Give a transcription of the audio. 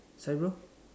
sorry bro